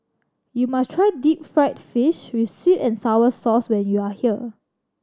you must try deep fried fish with sweet and sour sauce when you are here